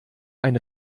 ein